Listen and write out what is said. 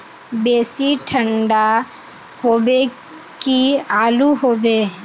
बेसी ठंडा होबे की आलू होबे